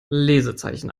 lesezeichen